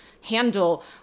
handle